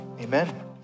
amen